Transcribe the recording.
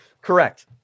Correct